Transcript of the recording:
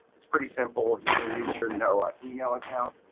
it's pretty simple. you're gonna use your noaa email account